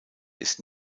ist